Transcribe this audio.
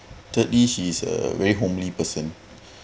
thirdly she is a very homely person